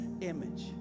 image